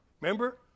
Remember